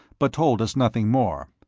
but told us nothing more.